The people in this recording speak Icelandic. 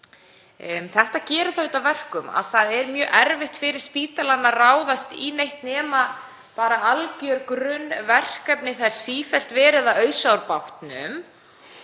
Þetta gerir það auðvitað að verkum að það er mjög erfitt fyrir spítalann að ráðast í neitt nema bara alger grunnverkefni. Það er sífellt verið að ausa bátinn.